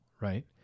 right